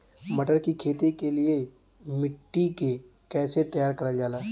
मटर की खेती के लिए मिट्टी के कैसे तैयार करल जाला?